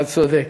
אתה צודק.